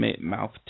Mouth